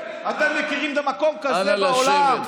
אתם מכירים מקום כזה בעולם, אנא, לשבת.